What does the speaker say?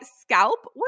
scalp